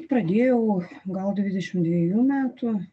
pradėjau gal dvidešimt dvejų metų